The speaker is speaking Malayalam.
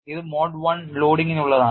ഇത് മോഡ് I ലോഡിങ്ങിനുള്ളതാണ്